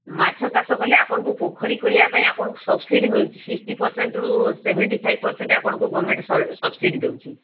ମାଛ ଚାଷ କଲେ ଆପଣଙ୍କୁ ପୋଖରୀ ଖୋଳିବା ପାଇଁ ଆପଣଙ୍କୁ ସବ୍ସିଡି ମିଳୁଛି ସିକ୍ସଟି ପର୍ସେଣ୍ଟ୍ରୁ ସେଭେଣ୍ଟି ଫାଇଭ୍ ପର୍ସେଣ୍ଟ୍ ଗଭର୍ଣ୍ଣମେଣ୍ଟ୍ ଆପଣଙ୍କୁ ସବ୍ସିଡି ଦେଉଛି